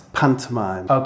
pantomime